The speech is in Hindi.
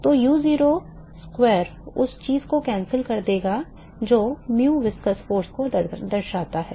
तो u0 square उस चीज़ को कैंसिल कर देगा जो mu viscous force को दर्शाता है